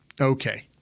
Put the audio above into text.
okay